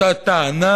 אותה טענה